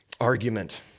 argument